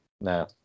No